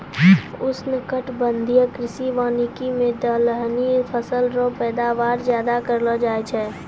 उष्णकटिबंधीय कृषि वानिकी मे दलहनी फसल रो पैदावार ज्यादा करलो जाय छै